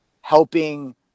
helping